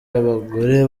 abagore